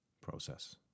process